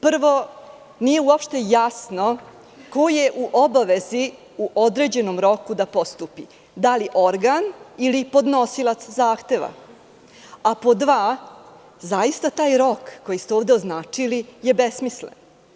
Prvo, nije uopšte jasno ko je u obavezi u određenom roku da postupi, da li organ ili podnosilac zahteva, a pod 2. zaista taj rok koji ste ovde označili je besmislen.